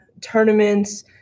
tournaments